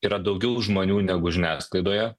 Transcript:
yra daugiau žmonių negu žiniasklaidoje